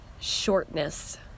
shortness